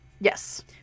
Yes